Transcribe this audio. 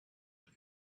its